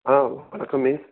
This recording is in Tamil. ஆ வணக்கம் மிஸ்